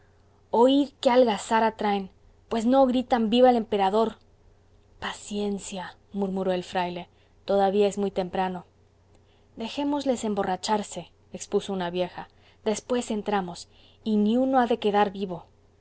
oíd qué algazara traen pues no gritan viva el emperador paciencia murmuró el fraile todavía es muy temprano dejémosles emborracharse expuso una vieja después entramos y ni uno ha de quedar vivo